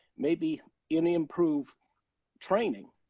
maybe in improve training.